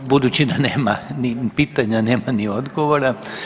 Budući da nema ni pitanja, nema ni odgovora.